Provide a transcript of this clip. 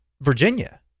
Virginia